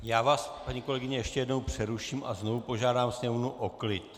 Já vás, paní kolegyně, ještě jednou přeruším a znovu požádám sněmovnu o klid.